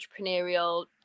entrepreneurial